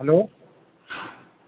hello